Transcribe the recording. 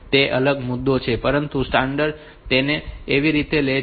તે એક અલગ મુદ્દો છે પરંતુ તે સ્ટાન્ડર્ડ તેને તે રીતે લે છે